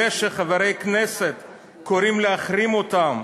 זה שחברי כנסת קוראים להחרים אותם,